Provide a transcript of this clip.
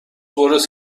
برس